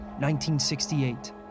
1968